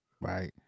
right